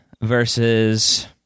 versus